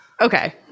Okay